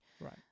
Right